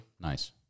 Nice